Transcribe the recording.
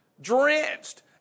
Drenched